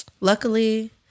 luckily